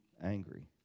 Angry